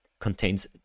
contains